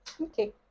okay